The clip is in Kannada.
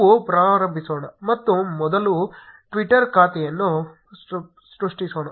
ನಾವು ಪ್ರಾರಂಭಿಸೋಣ ಮತ್ತು ಮೊದಲು ಟ್ವಿಟರ್ ಖಾತೆಯನ್ನು ಸೃಷ್ಟಿಸೋಣ